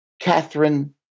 Catherine